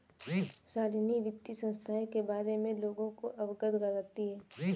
शालिनी वित्तीय संस्थाएं के बारे में लोगों को अवगत करती है